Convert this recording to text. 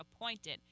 appointed